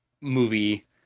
movie